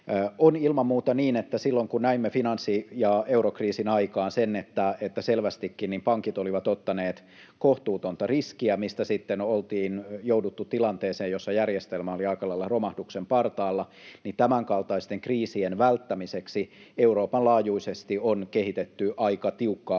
On ilman muuta niin, että näimme silloin finanssi- ja eurokriisin aikaan sen, että selvästikin pankit olivat ottaneet kohtuutonta riskiä, mistä sitten oltiin jouduttu tilanteeseen, jossa järjestelmä oli aika lailla romahduksen partaalla. Tämänkaltaisten kriisien välttämiseksi Euroopan laajuisesti on kehitetty aika tiukkaakin